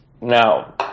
Now